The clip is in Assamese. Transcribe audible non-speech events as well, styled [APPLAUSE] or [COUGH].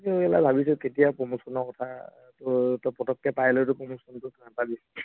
[UNINTELLIGIBLE] ভাবিছোঁ কেতিয়া প্ৰমোশনৰ কথাটো ত' পটককে পাই লৈয়টো প্ৰমোশনটো [UNINTELLIGIBLE]